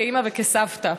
כאימא וכסבתא,